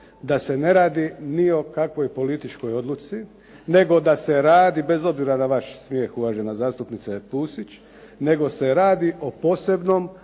da se ne radi ni o kakvoj političkoj odluci, nego da se radi, bez obzira na vaš smijeh uvažena zastupnice Pusić, nego se radi o posebnom